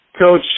Coach